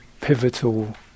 pivotal